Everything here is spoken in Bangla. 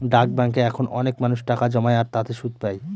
ডাক ব্যাঙ্কে এখন অনেক মানুষ টাকা জমায় আর তাতে সুদ পাই